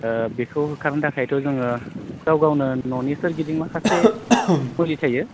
ओह बेखौ होखारनो थाखायथ' जोङो गाव गावनो न'नि सोरगिदिं माखासे मुलि थायो